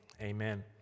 amen